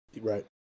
Right